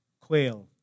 quail